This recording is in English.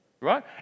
right